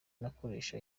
nakoresha